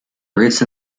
roots